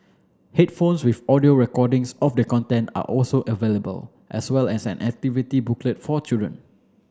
headphones with audio recordings of the content are also available as well as an activity booklet for children